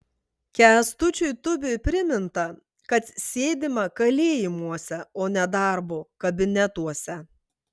kęstučiui tubiui priminta kad sėdima kalėjimuose o ne darbo kabinetuose